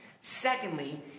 Secondly